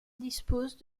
dispose